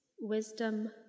wisdom